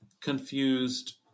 confused